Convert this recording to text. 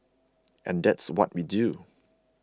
and that's what we do